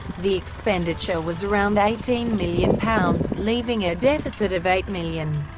the expenditure was around eighteen million pounds, leaving a deficit of eight million.